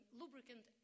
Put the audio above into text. lubricant